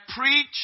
preach